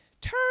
Turn